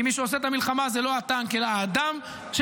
כי מי שעושה את המלחמה זה לא הטנק אלא האדם שבטנק,